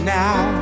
now